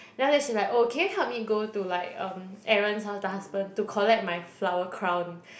then after that she's like oh can you help me to go to like um Aaron's house the husband to collect my flower crown